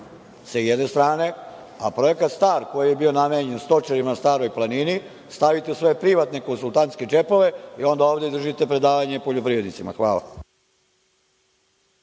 sa jedne strane, a projekat STAR, koji je bio namenjen stočarima na Staroj planini, stavite u svoje privatne konsultantske džepove i onda ovde držite predavanje poljoprivrednicima. Hvala.